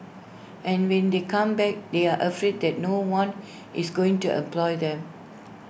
and when they come back they are afraid that no one is going to employ them